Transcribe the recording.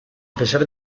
pesar